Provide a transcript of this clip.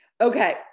Okay